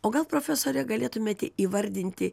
o gal profesore galėtumėte įvardinti